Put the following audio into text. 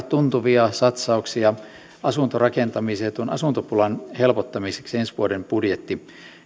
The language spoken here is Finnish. tuntuvia satsauksia asuntorakentamiseen tuon asuntopulan helpottamiseksi ensi vuoden budjetti